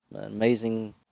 amazing